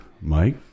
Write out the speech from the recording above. Mike